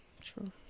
True